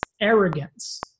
arrogance